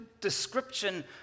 description